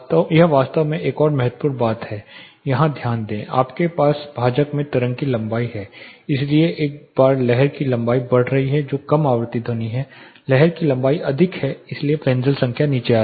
यह वास्तव में एक और महत्वपूर्ण बात है यहां ध्यान दें आपके पास भाजक में तरंग की लंबाई है इसलिए एक बार लहर की लंबाई बढ़ रही है जो कम आवृत्ति ध्वनि है लहर की लंबाई अधिक है इसलिए फ्रेस्नेल संख्या नीचे आती है